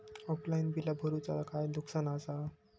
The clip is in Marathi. ऑफलाइन बिला भरूचा काय नुकसान आसा?